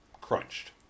crunched